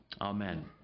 Amen